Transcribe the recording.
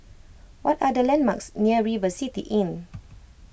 what are the landmarks near River City Inn